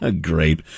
Great